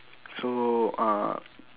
so uh